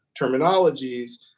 terminologies